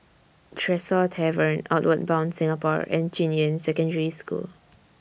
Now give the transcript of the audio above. Tresor Tavern Outward Bound Singapore and Junyuan Secondary School